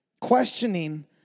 Questioning